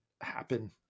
happen